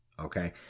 okay